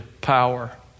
power